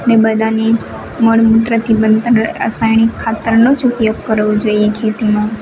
ની બધાની મળમૂત્રથી બનતા રસાયણિક ખાતરનો જ ઉપયોગ કરવો જોઈએ ખેતીમા